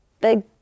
big